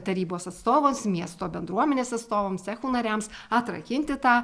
tarybos atstovams miesto bendruomenės atstovams cecho nariams atrakinti tą